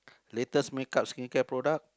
latest makeup skincare product